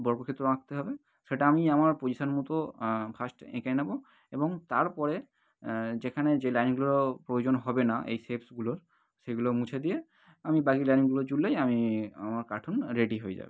বর্গক্ষেত্র আঁকতে হবে সেটা আমি আমার পজিশন মতো ফার্স্টে এঁকে নেবো এবং তারপরে যেখানে যে লাইনগুলোর প্রয়োজন হবে না এই শেপসগুলোর সেইগুলো মুছে দিয়ে আমি বাকি লাইনগুলো জুড়লেই আমি আমার কার্টুন রেডি হয়ে যাবে